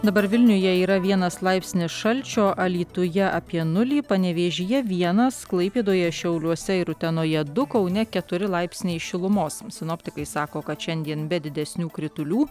dabar vilniuje yra vienas laipsnis šalčio alytuje apie nulį panevėžyje vienas klaipėdoje šiauliuose ir utenoje du kaune keturi laipsniai šilumos sinoptikai sako kad šiandien be didesnių kritulių